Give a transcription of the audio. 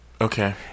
Okay